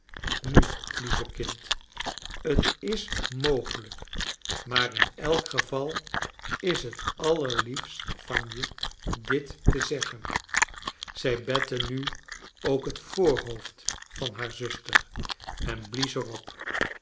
nu lieve kind t is mogelijk maar in elk geval is het allerliefst van je dit te zeggen zij bette nu ook het voorhoofd van haar zuster en blies er